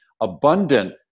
abundant